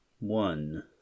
one